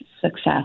success